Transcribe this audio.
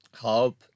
help